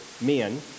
men